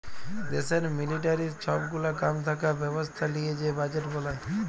দ্যাশের মিলিটারির সব গুলা কাম থাকা ব্যবস্থা লিয়ে যে বাজেট বলায়